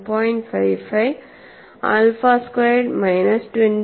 55 alpha squared minus 21